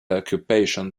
occupation